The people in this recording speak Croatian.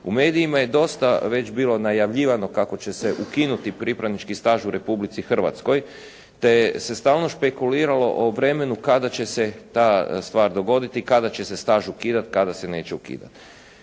U medijima je već dosta bilo najavljivano kako će se ukinuti pripravnički staž u Republici Hrvatskoj, te se stalno špekuliralo o vremenu kada će se ta stvar dogoditi, kada će se staž ukidati, kada se neće ukidati.